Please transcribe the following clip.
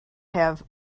have